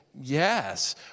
Yes